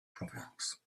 proverbs